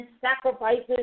Sacrifices